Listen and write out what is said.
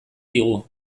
digu